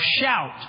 shout